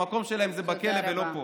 המקום שלהם זה בכלא ולא פה.